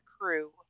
crew